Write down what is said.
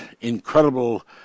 incredible